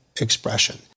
expression